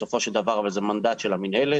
בסופו של דבר זה מנדט של המינהלת